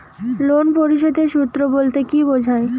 Loan পরিশোধের সূএ বলতে কি বোঝায়?